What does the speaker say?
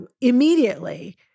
immediately